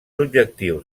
objectius